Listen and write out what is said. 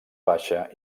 baixa